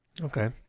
okay